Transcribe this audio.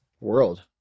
world